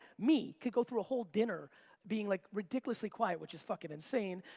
me, could go through a whole dinner being like, ridiculously quiet, which is fucking insane.